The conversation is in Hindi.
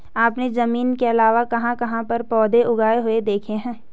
आपने जमीन के अलावा कहाँ कहाँ पर पौधे उगे हुए देखे हैं?